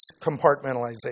compartmentalization